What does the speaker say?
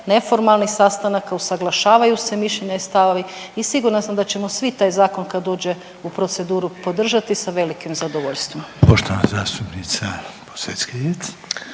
neformalnih sastanaka, usaglašavaju se mišljenja i stavovi i sigurna sam da ćemo svi taj zakon kad uđe u proceduru podržati sa velikim zadovoljstvom.